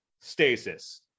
stasis